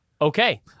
Okay